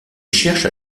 cherche